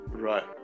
Right